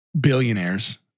billionaires